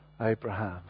Abraham